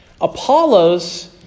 Apollos